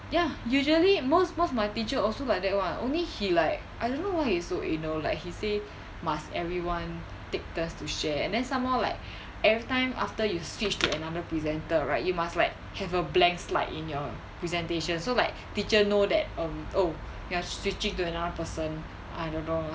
ya usually most most of my teacher also like that [one] only he like I don't know why he so anal like he say must everyone take turns to share and then some more like everytime after you switch to another presenter right you must like have a blank slide in your presentation so like teacher know that um oh you are switching to another person I don't know lah